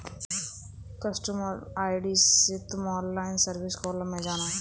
customer ID से तुम online service column में जाना